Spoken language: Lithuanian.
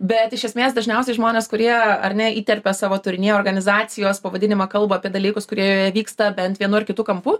bet iš esmės dažniausiai žmonės kurie ar ne įterpia savo turinyje organizacijos pavadinimą kalba apie dalykus kurie vyksta bent vienur ar kitu kampu